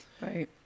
Right